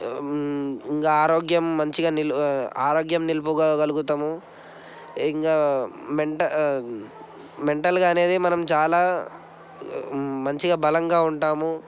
ఇంకా ఆరోగ్యం మంచిగా నిలు ఆరోగ్యం నిలుపోగలుగుతాము ఇంకా మెంట ఆ మెంటల్గా అనేది మనం చాలా మంచిగా బలంగా ఉంటాము